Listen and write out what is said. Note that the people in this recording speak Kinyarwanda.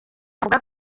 avuga